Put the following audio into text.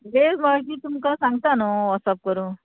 वेळ मागीं तुमकां सांगता न्हू वॉट्सप करून